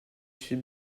c’est